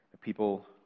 people